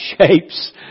shapes